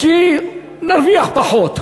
כי נרוויח פחות.